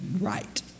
right